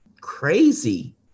crazy